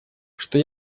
что